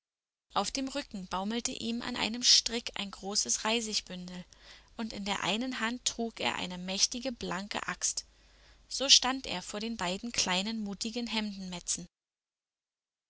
auf dem rücken baumelte ihm an einem strick ein großes reisigbündel und in der einen hand trug er eine mächtige blanke axt so stand er vor den beiden kleinen mutigen